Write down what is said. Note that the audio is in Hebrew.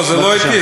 לא, זה לא אתי.